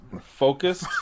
Focused